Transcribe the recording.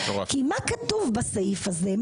כי מה כתוב בסעיף הזה?